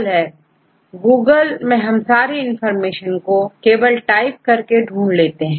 Student Google छात्र Google Google में हम सारी इनफार्मेशन को केवल टाइप करके ढूंढ लेते हैं